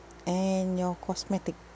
and your cosmetic